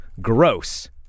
gross